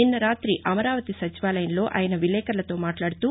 నిన్న రాతి అమరావతి సచివాలయంలో ఆయన విలేకర్లతో మాట్లాడుతూ